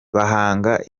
bahanga